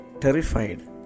terrified